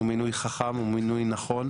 מינוי חכם ונכון.